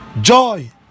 Joy